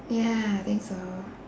ya I think so